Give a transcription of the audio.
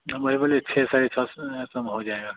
हम वही बोले छः साढ़े छः सौ इतने में हो जाएगा